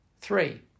Three